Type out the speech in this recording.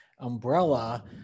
umbrella